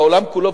בעולם כולו,